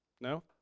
No